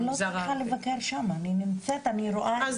אני לא צריכה לבקר שם, אני נמצאת, אני רואה את